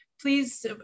please